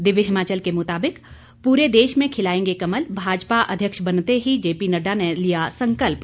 दिव्य हिमाचल के मुताबिक पूरे देश में खिलाएंगे कमल भाजपा अध्यक्ष बनते ही जेपी नड्डा ने लिया संकल्प